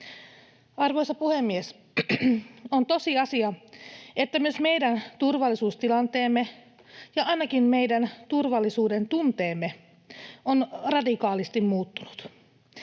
Arvoisa puhemies! On tosiasia, että myös meidän turvallisuustilanteemme tai ainakin meidän turvallisuudentunteemme on radikaalisti muuttunut.